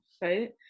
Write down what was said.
right